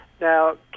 Now